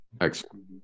Excellent